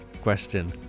question